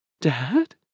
Dad